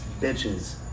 bitches